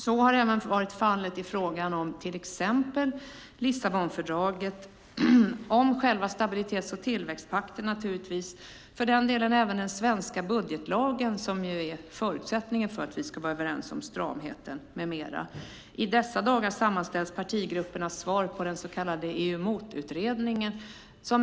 Så har även varit fallet om till exempel Lissabonfördraget, själva stabilitets och tillväxtpakten och för den delen även den svenska budgetlagen, som ju är förutsättningen för att vi ska vara överens om stramheten med mera. I dessa dagar sammanställs partigruppernas svar på den så kallade EUMOT-utredningen.